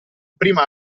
prima